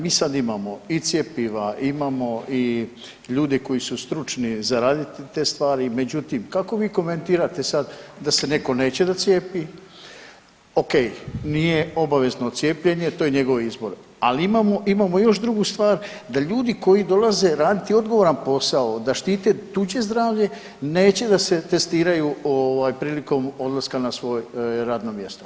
Mi sada imamo i cjepiva, imamo i ljude koji su stručni za raditi te stvari, međutim kako vi komentirate sad da se neko neće da cijepi, ok, nije obavezno cijepljenje, ali imamo još drugu stvar, da ljudi koji dolaze raditi odgovoran posao, da štite tuđe zdravlje neće da se testiraju prilikom odlaska na svoje radno mjesto.